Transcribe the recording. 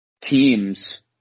teams